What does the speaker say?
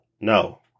No